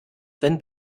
wenn